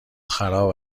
خراب